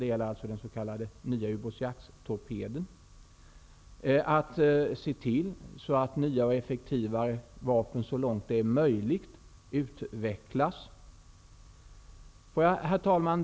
Det gäller alltså den nya s.k. ubåtsjaktstorpeden. Det är vidare viktigt att se till att nya och effektivare vapen utvecklas så långt det är möjligt. Herr talman!